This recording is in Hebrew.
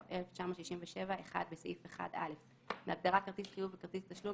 התשכ"ז-1967 - (1)בסעיף 1 - (א)בהגדרה "כרטיס חיוב" ו"כרטיס תשלום",